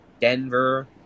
Denver